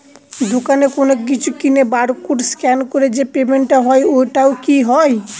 দোকানে কোনো কিছু কিনে বার কোড স্ক্যান করে যে পেমেন্ট টা হয় ওইটাও কি হয়?